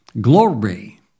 Glory